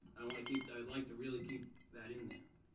i want to keep that. i'd like to really keep that in there.